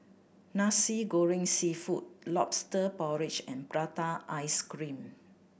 Nasi Goreng Seafood Lobster Porridge and prata ice cream